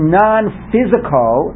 non-physical